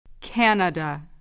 Canada